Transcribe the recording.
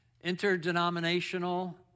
Interdenominational